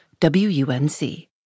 WUNC